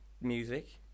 music